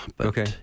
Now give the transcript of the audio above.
Okay